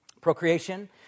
procreation